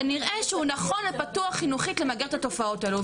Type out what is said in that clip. כנראה שהוא נכון ופתוח חינוכית למגר את התופעות האלה.